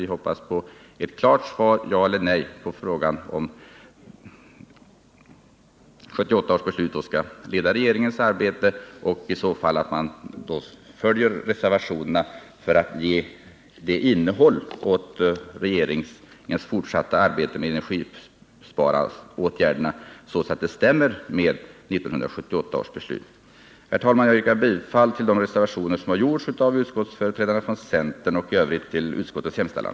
Vi hoppas på ett klart svar —-ja eller nej — på frågan om 1978 års beslut skall leda regeringens arbete och om man i så fall följer reservationerna för att ge det innehåll åt regeringens fortsatta arbete med energisparåtgärderna som överensstämmer med 1978 års beslut. Herr talman! Jag yrkar bifall till de reservationer som gjorts av utskottsföreträdarna från centern och i övrigt till utskottets hemställan.